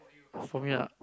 for me ah